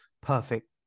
perfect